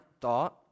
thought